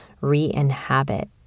re-inhabit